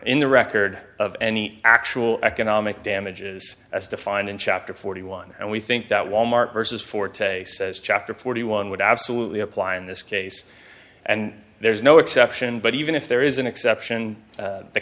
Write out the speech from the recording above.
in the record of any actual economic damages as defined in chapter forty one and we think that wal mart vs forte says chapter forty one would absolutely apply in this case and there is no exception but even if there is an exception